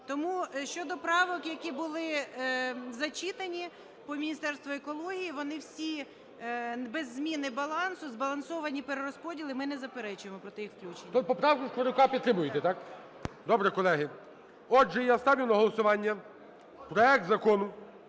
Тому щодо правок, які були зачитані по Міністерству екології, вони всі без зміни балансу, збалансовані перерозподіли, і ми не заперечуємо проти їх включення. ГОЛОВУЮЧИЙ. Тобто поправку Шкварилюка підтримуєте, так? Добре, колеги. Отже, я ставлю на голосування проект Закону